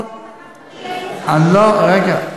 רגע.